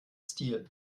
stil